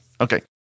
Okay